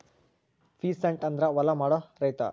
peasant ಅಂದ್ರ ಹೊಲ ಮಾಡೋ ರೈತರು